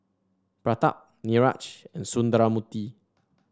Pratap Niraj and Sundramoorthy